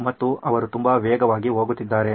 ಮತ್ತು ಅವರು ತುಂಬಾ ವೇಗವಾಗಿ ಹೋಗುತ್ತಿದ್ದಾರೆ